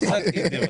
מורה